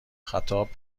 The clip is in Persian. خطاب